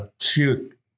shoot